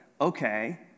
okay